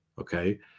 okay